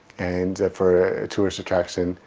and for tourists attractions,